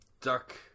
Duck